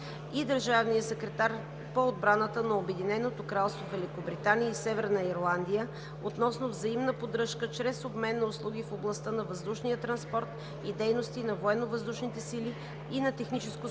и държавния секретар по отбраната на Обединеното кралство Великобритания и Северна Ирландия относно взаимна поддръжка чрез обмен на услуги в областта на въздушния транспорт и дейности на военновъздушните сили (ATARES) и на Техническо споразумение